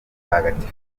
mutagatifu